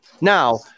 Now